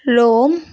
Rome